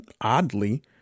oddly